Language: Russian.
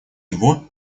его